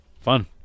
Fun